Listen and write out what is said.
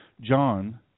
John